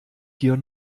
hier